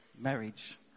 marriage